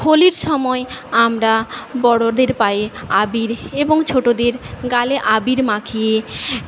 হোলির সময়ে আমরা বড়দের পায়ে আবির এবং ছোটদের গালে আবির মাখিয়ে